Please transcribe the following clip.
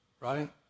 Right